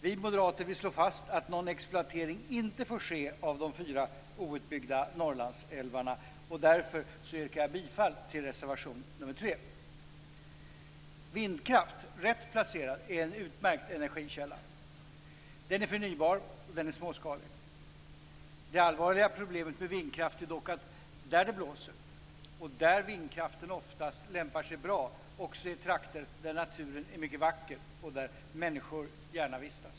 Vi moderater vill slå fast att någon exploatering inte får ske av de fyra outbyggda Norrlandsälvarna. Därför yrkar jag bifall till reservation 3. Vindkraft, rätt placerad, är en utmärkt energikälla. Den är förnybar och den är småskalig. Det allvarliga problemet med vindkraft är dock att där det blåser, och där vindkraften oftast lämpar sig bra, också är trakter där naturen är mycket vacker och där människor gärna vistas.